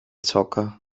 zocker